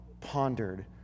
pondered